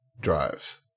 drives